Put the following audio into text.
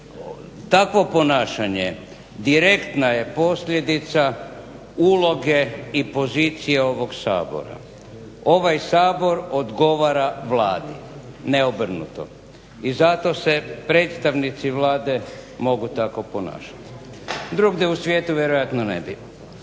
Takvo ponašanje direktna je posljedica uloge i pozicije ovog Sabora. Ovaj Sabor odgovara Vladi, ne obrnuto. I zato se predstavnici Vlade mogu tako ponašati. Drugdje u svijetu vjerojatno ne bi.